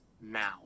now